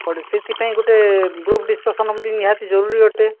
ସେଇଥିପାଇଁ ଗୋଟେ group discussion ଏମିତି ଗୋଟେ ନିହାତି ଜରୁରୀ ଅଟେ